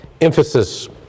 emphasis